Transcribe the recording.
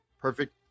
perfect